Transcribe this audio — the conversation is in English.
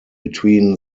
between